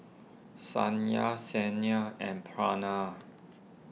Satya Saina and Pranav